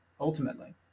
ultimately